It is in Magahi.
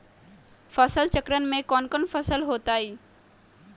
फसल चक्रण में कौन कौन फसल हो ताई?